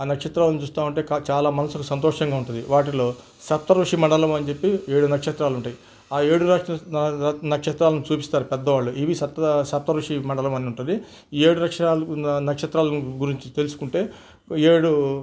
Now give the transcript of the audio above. ఆ నక్షత్రాలను చూస్తూ ఉంటే చాలా మనసుకు సంతోషంగా ఉంటుంది వాటిలో సప్త ఋషి మండలం అని చెప్పి ఏడు నక్షత్రాలు ఉంటాయి ఆ ఏడు నక్షత్రాలను చూపిస్తారు పెద్దవాళ్ళు ఇవి సప్త సప్త ఋషి మండలం అని ఉంటుంది ఈ ఏడు నక్షత్రాల గురించి తెలుసుకుంటే ఏడూ